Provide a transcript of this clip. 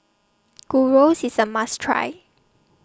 Gyros IS A must Try